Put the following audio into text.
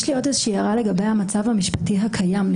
יש לי עוד הערה לגבי המצב המשפטי הקיים.